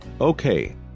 Okay